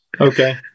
Okay